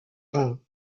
rhin